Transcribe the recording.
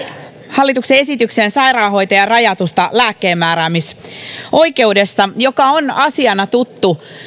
hallituksen esityksen sairaanhoitajan rajatusta lääkkeenmääräämisoikeudesta joka on ollut asiana tuttu